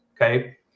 okay